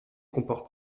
comporte